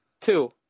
Two